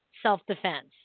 self-defense